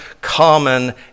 common